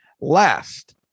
last